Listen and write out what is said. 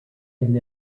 and